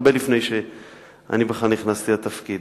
הרבה לפני שאני בכלל נכנסתי לתפקיד.